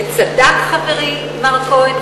וצדק חברי מר כהן,